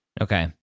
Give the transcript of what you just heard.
Okay